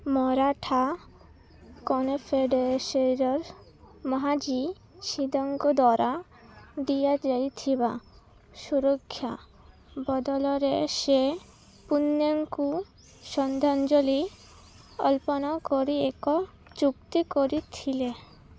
ମରାଠା କନଫେଡ଼େରେସିର ମହାଜୀ ସିନ୍ଦେଙ୍କ ଦ୍ୱାରା ଦିଆଯାଇଥିବା ସୁରକ୍ଷା ବଦଳରେ ସେ ପୁନେଙ୍କୁ ଶ୍ରଦ୍ଧାଞ୍ଜଳି ଅର୍ପଣ କରି ଏକ ଚୁକ୍ତି କରିଥିଲେ